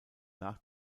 nach